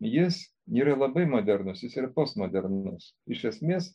jis yra labai modernusis jis yra postmodernus iš esmės